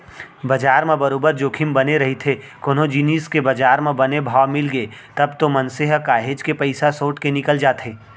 बजार म बरोबर जोखिम बने रहिथे कोनो जिनिस के बजार म बने भाव मिलगे तब तो मनसे ह काहेच के पइसा सोट के निकल जाथे